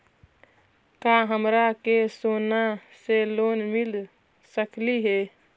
का हमरा के सोना से लोन मिल सकली हे?